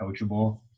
coachable